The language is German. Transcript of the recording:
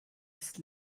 ist